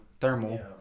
thermal